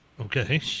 Okay